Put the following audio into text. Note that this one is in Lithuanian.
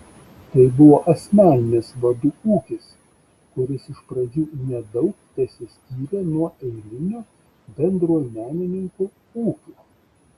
tai buvo asmeninis vadų ūkis kuris iš pradžių nedaug tesiskyrė nuo eilinių bendruomenininkų ūkių